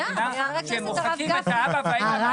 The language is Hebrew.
שהם מוחקים את האבא ואימא מהטופס?